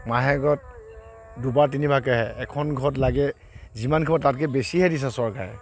মাহেকত দুবাৰ তিনিবাৰকে আহে এখন ঘৰত লাগে যিমানসোপা তাতকে বেছিহে দিছে চৰকাৰে